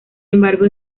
embargo